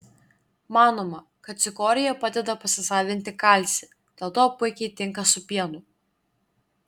manoma kad cikorija padeda pasisavinti kalcį dėl to puikiai tinka su pienu